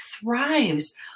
thrives